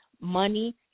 money